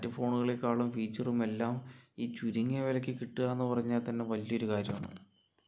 മറ്റു ഫോണുകളേക്കാളും ഫീച്ചറും എല്ലാം ഈ ചുരുങ്ങിയ വിലയ്ക്ക് കിട്ടുകയെന്ന് പറഞ്ഞാൽത്തന്നെ വലിയൊരു കാര്യമാണ്